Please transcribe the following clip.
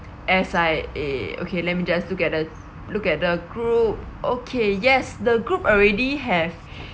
S_I_A okay let me just look at the look at the group okay yes the group already have